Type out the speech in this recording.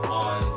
on